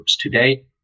Today